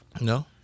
No